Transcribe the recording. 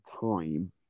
time